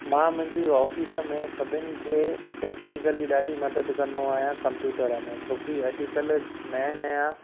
मां मुंहिंजी ऑफ़ीस में सभिनी खे टेक्नीकली ॾाढी मदद कंदो आहियां कम्प्यूटर में छो की अॼुकल्ह नवां नवां